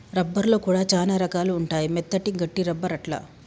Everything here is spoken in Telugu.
రబ్బర్ లో కూడా చానా రకాలు ఉంటాయి మెత్తటి, గట్టి రబ్బర్ అట్లా